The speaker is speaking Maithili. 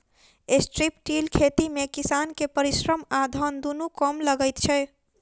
स्ट्रिप टिल खेती मे किसान के परिश्रम आ धन दुनू कम लगैत छै